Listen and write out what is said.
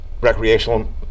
recreational